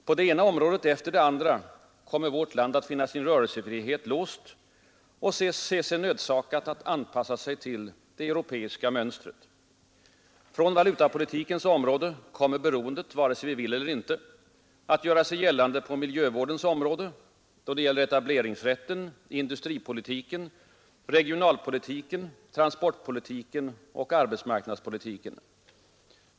På det ena området efter det andra kommer vårt land att finna sin rörelsefrihet låst och se sig nödsakat att anpassa sig till det europeiska mönstret. Från valutapolitikens område kommer beroendet, vare sig vi vill eller inte, att göra sig gällande på miljövårdens område, då det gäller etableringsrätten, industripolitiken, regionalpolitiken, transportpolitiken och arbetsmarknadspolitiken.